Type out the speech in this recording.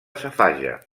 safaja